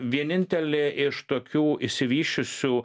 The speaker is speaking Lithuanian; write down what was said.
vienintelė iš tokių išsivysčiusių